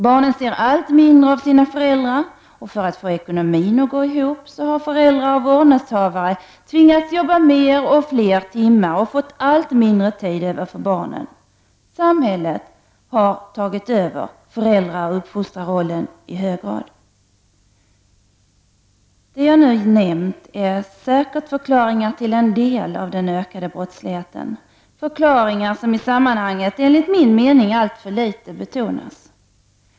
Barnen ser allt mindre av sina föräldrar. För att få ekonomin att gå ihop har föräldrar och vårdnadshavare tvingats jobba mer och fler timmar, och fått allt mindre tid över för barnen. Samhället har i hög grad tagit över föräldraoch uppfostrarrollen. Det jag nu nämnt är säkert förklaringar till en del av den ökade brottsligheten, förklaringar som i sammanhanget enligt min mening alltför litet betonas.